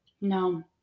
No